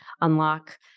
unlock –